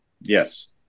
Yes